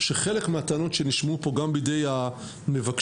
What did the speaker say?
שחלק מהטענות שנשמעו פה גם על-ידי המבקשים,